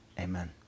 Amen